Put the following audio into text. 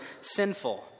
sinful